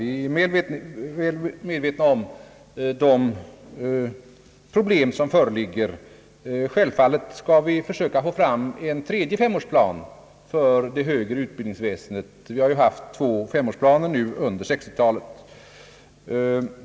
Vi är medvetna om de problem som föreligger. Självfallet skall vi försöka få fram en tredje femårsplan för det högre utbildningsväsendet; vi har ju haft två femårsplaner under 1960-talet.